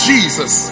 Jesus